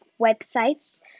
websites